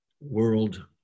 world